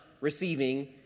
receiving